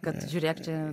kad žiūrėk čia